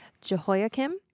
Jehoiakim